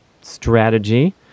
strategy